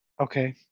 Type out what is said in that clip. Okay